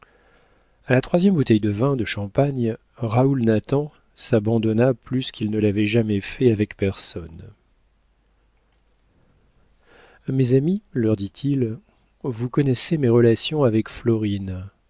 a la troisième bouteille de vin de champagne raoul nathan s'abandonna plus qu'il ne l'avait jamais fait avec personne mes amis leur dit-il vous connaissez mes relations avec florine